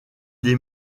des